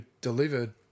delivered